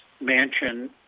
mansion